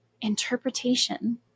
Interpretation